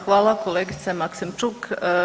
Hvala kolegice Maksimčuk.